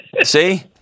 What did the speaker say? See